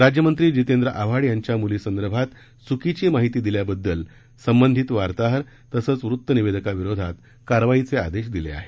राज्यमंत्री जितेंद्र आव्हाड यांच्या मुलीसंदर्भात चुकीची माहिती दिल्याबद्दल संबंधित वार्ताहर तसंच वृत्तनिवेदकाविरोधात कारवाईचे आदेश दिले आहेत